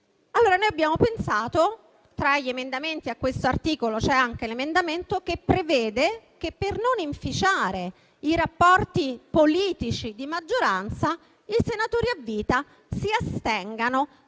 proposte modificative presentate a questo articolo c'è anche l'emendamento che prevede che, per non inficiare i rapporti politici di maggioranza, i senatori a vita si astengano